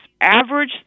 average